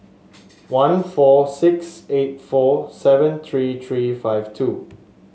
one four six eight four seven three three five two